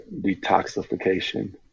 detoxification